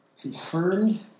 confirmed